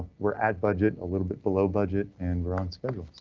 we're at budget a little bit below budget and we're on schedule.